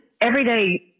everyday